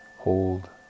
hold